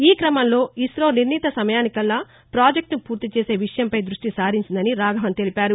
ఈ క్రమంలో ఇసో నిర్ణీత సమయానికల్లా ఈ ప్రాజెక్టును పూర్తి చేసే విషయంపై దృష్టిసారించిందని రాఘవన్ తెలిపారు